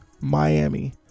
Miami